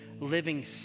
living